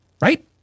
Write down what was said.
right